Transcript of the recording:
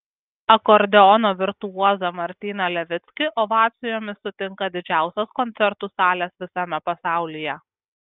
akordeono virtuozą martyną levickį ovacijomis sutinka didžiausios koncertų salės visame pasaulyje